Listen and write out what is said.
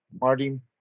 Martin